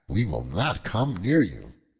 we will not come near you.